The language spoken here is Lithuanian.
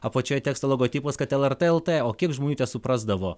apačioj teksto logotipas kad lrt et tė o kiek žmonių tesuprasdavo